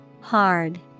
hard